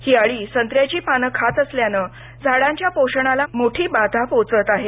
ही अळी संत्र्याची पाने खात असल्यानं झाडांच्या पोषणाला मोठी बाधा पोहोचत आहे